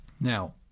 Now